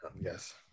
Yes